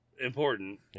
Important